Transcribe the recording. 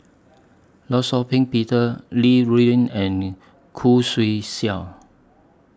law Shau Ping Peter Li Rulin and Khoo Swee Chiow